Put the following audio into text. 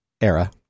era